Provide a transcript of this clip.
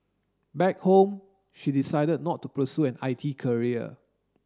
back home she decided not to pursue an I T career